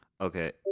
Okay